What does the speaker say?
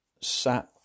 sat